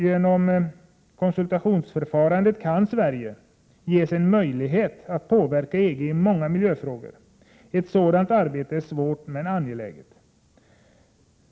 Genom konsultationsförfarandet kan Sverige ges en möjlighet att påverka EG i många miljöfrågor. Ett sådant arbete är svårt men angeläget.